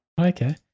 Okay